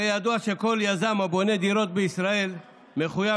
הרי ידוע שכל יזם שבונה דירות בישראל מחויב,